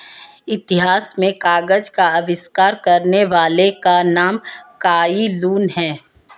इतिहास में कागज का आविष्कार करने वाले का नाम काई लुन है